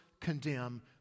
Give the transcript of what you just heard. condemn